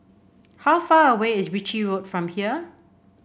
how far away is Ritchie Road from here